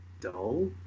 dull